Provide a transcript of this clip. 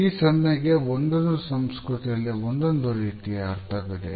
ಈ ಸನ್ನೆಗೆ ಒಂದೊಂದು ಸಂಸ್ಕೃತಿಯಲ್ಲಿ ಒಂದೊಂದು ರೀತಿಯ ಅರ್ಥವಿದೆ